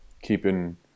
keeping